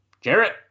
Jarrett